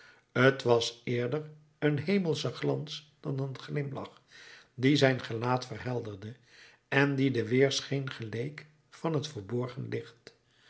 t was eerder een hemelsche glans dan een glimlach die zijn gelaat verhelderde en die de weerschijn geleek van een verborgen